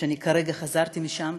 אני כרגע חזרתי משם,